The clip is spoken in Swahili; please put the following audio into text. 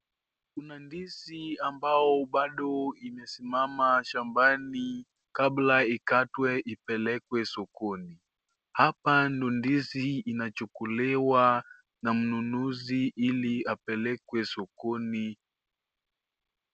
Kuna ndizi ambao bado imesimama shambani kabla ikatwe ipelekwe sokoni. Hapa ndo ndizi inachukuliwa na mnunuzi ili apelekwe sokoni.